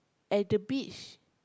at the beach